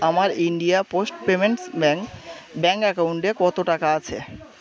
আমার India post payments bank bank অ্যাকাউন্টে কত টাকা আছে